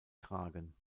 tragen